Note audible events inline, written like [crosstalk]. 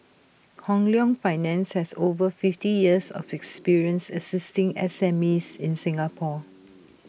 Hong Leong finance has over fifty years of experience assisting S M E's in Singapore [noise]